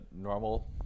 normal